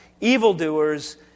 evildoers